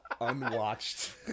unwatched